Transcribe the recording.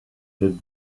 did